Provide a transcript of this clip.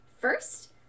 First